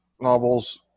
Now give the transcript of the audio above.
novels